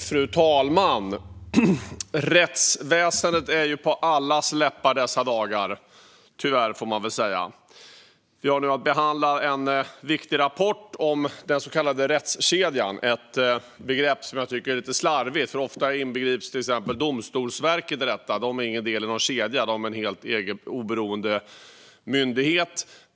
Fru talman! Rättsväsendet är på allas läppar dessa dagar, tyvärr får man väl säga. Vi har nu att behandla en viktig rapport om den så kallade rättskedjan. Det är ett begrepp som jag tycker är lite slarvigt. Ofta inbegrips till exempel Domstolsverket i detta. Det är inte någon del i en kedja. Det är en helt egen oberoende myndighet.